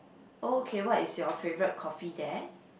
oh okay what is your favourite coffee there